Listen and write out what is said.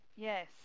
Yes